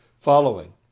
Following